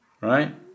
Right